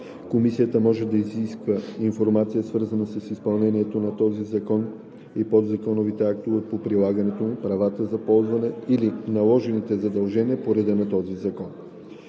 Комисията може да изисква информация, свързана с изпълнението на този закон и подзаконовите актове по прилагането му, правата за ползване или наложените задължения по реда на този закон.“